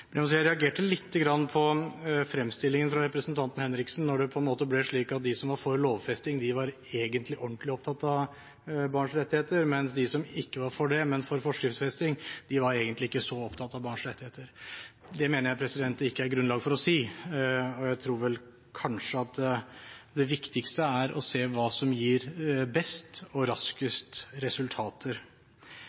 Men jeg må si at jeg reagerte lite grann på fremstillingen fra representanten Kari Henriksen når det på en måte ble fremstilt slik at de som var for lovfesting, var ordentlig opptatt av barns rettigheter, mens de som ikke var for det, men som var for forskriftsfesting, egentlig ikke var så opptatt av barns rettigheter. Det mener jeg det ikke er grunnlag for å si. Jeg tror kanskje det viktigste er å se hva som gir best og raskest resultater.